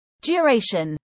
duration